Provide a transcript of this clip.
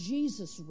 Jesus